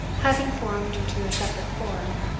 had been formed into a separate corps,